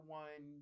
one